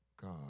God